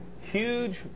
Huge